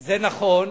זה נכון.